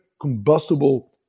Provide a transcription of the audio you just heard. combustible